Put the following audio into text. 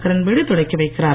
கிரண்பேடி தொடக்கி வைக்கிறார்